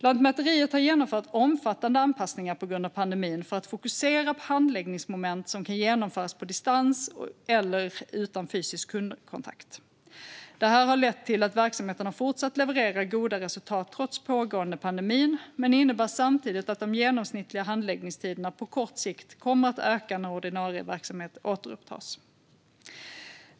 Lantmäteriet har genomfört omfattande anpassningar på grund av pandemin för att fokusera på handläggningsmoment som kan genomföras på distans eller utan fysisk kundkontakt. Detta har lett till att verksamheten har fortsatt att leverera goda resultat trots pågående pandemi, men det innebär samtidigt att de genomsnittliga handläggningstiderna på kort sikt kommer att öka när ordinarie verksamhet återupptas.